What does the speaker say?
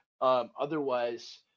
Otherwise